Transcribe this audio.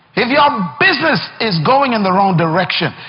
if your business is going in the wrong direction,